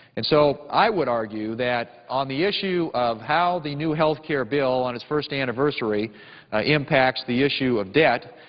and so i would argue that on the issue of how the new health care bill on its first anniversary impacts the issue of debt,